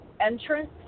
entrance